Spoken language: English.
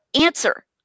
Answer